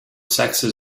sexes